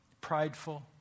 prideful